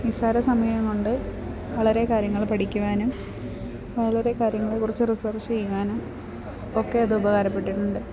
നിസാര സമയം കൊണ്ട് വളരെ കാര്യങ്ങൾ പഠിക്കുവാനും വളരെ കാര്യങ്ങളെക്കുറിച്ച് റിസർച്ച് ചെയ്യുവാനും ഒക്കെ അത് ഉപകാരപ്പെട്ടിട്ട് ഉണ്ട്